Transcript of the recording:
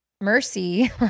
Mercy